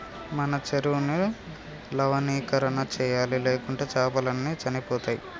మన చెరువుని లవణీకరణ చేయాలి, లేకుంటే చాపలు అన్ని చనిపోతయ్